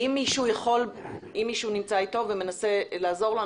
אם מישהו נמצא אתו ומנסה לעזור לו,